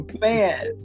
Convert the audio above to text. man